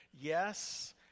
yes